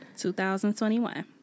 2021